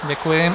Děkuji.